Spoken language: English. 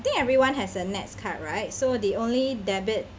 I think everyone has a NETS card right so they only debit